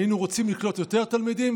היינו רוצים לקלוט יותר תלמידים,